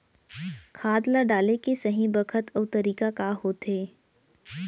खाद ल डाले के सही बखत अऊ तरीका का होथे?